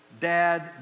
Dad